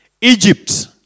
Egypt